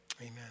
Amen